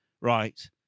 Right